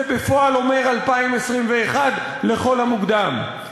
זה בפועל אומר 2021 לכל המוקדם.